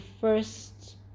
first